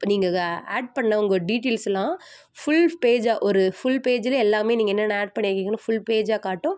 நீங்கள் அதை ஆ ஆட் பண்ணிணவங்க டீட்டெய்ல்ஸ்லாம் ஃபுல் பேஜாக ஒரு ஃபுல் பேஜில் எல்லாமே நீங்கள் என்னென்ன ஆட் பண்ணியிருக்கீங்கனு ஃபுல் பேஜாக காட்டும்